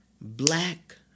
black